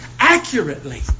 Accurately